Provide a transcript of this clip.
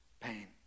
pain